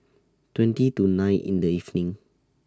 twenty to nine in The evening